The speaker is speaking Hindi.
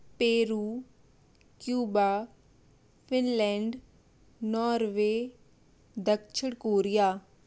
पेरू क्यूबा फ़िनलैंड नोर्वे दक्षिण कोरिया